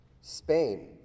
Spain